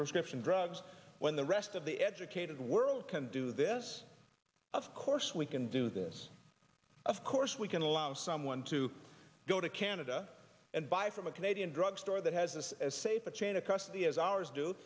prescription drugs when the rest of the educated world can do this of course we can do this of course we can allow someone to go to canada and buy from a canadian drug store that has this as safe a chain of custody as ours do